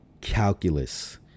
calculus